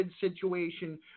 situation